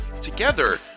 together